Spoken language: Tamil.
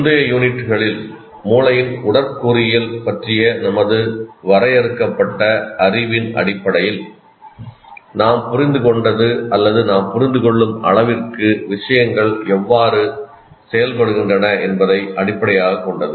முந்தைய யூனிட்களில் மூளையின் உடற்கூறியல் பற்றிய நமது வரையறுக்கப்பட்ட அறிவின் அடிப்படையில் நாம் புரிந்து கொண்டது அல்லது நாம் புரிந்து கொள்ளும் அளவிற்கு விஷயங்கள் எவ்வாறு செயல்படுகின்றன என்பதை அடிப்படையாகக் கொண்டது